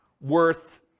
worth